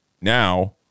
Now